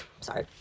Sorry